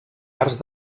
arts